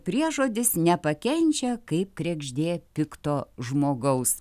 priežodis nepakenčia kaip kregždė pikto žmogaus